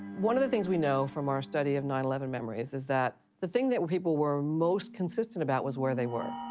one of the things we know from our study of nine eleven memories is that the thing that people were most consistent about was where they were.